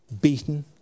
beaten